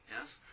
Yes